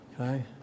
Okay